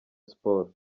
sports